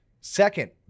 Second